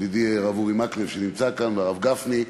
ידידי הרב אורי מקלב, שנמצא כאן, והרב גפני,